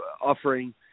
offering